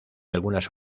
algunas